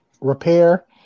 repair